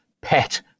pet